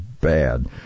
bad